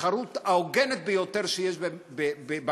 בתחרות ההוגנת ביותר שיש בקפיטליזם,